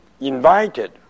invited